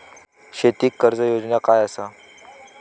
शेती कर्ज योजना काय असा?